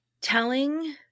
Telling